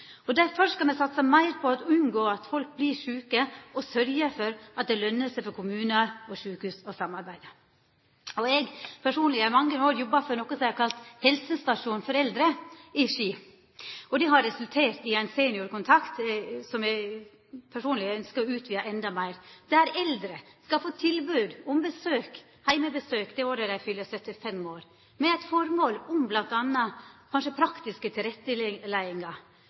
etterkant. Derfor skal me satsa meir på å unngå at folk vert sjuke, og sørgja for at det løner seg for kommunar og sjukehus å samarbeida. I mange år har eg jobba for noko som er kalla helsestasjon for eldre i Ski. Det har resultert i ein seniorkontakt, som eg personleg ønskjer å utvida enda meir. Der skal dei eldre få tilbod om heimebesøk det året dei fyller 75 år, med formål om bl.a. praktiske tilretteleggingar – kanskje